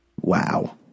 Wow